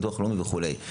מבחינת ביטוח לאומי וכולי.